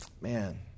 man